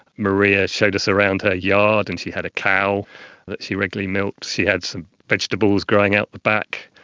maria showed us around her yard and she had a cow that she regularly milked, she had some vegetables growing out the back,